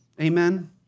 Amen